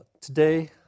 today